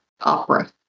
opera